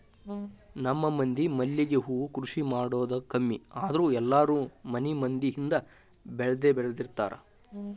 ನಮ್ಮ ಮಂದಿ ಮಲ್ಲಿಗೆ ಹೂ ಕೃಷಿ ಮಾಡುದ ಕಮ್ಮಿ ಆದ್ರ ಎಲ್ಲಾರೂ ಮನಿ ಮುಂದ ಹಿಂದ ಬೆಳ್ದಬೆಳ್ದಿರ್ತಾರ